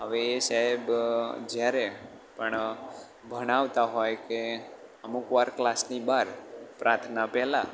હવે એ સાહેબ જયારે પણ ભણાવતા હોય કે અમુકવાર ક્લાસની બહાર પ્રાર્થના પેલા